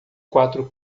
quatro